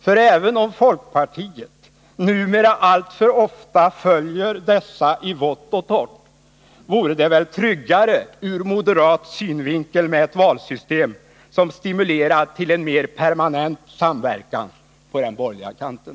För även om folkpartiet numera alltför ofta följer moderaterna i vått och torrt, vore det väl tryggare ur moderat synvinkel med ett valsystem som stimulerar till en mer permanent samverkan på den borgerliga kanten.